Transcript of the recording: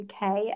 uk